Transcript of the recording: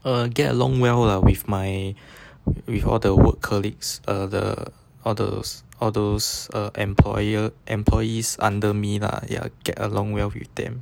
err get along well lah with my with all the work colleagues uh the all those all those uh employer employees under me lah ya get along well with them